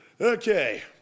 Okay